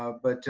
ah but,